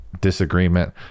disagreement